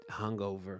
Hungover